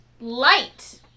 Light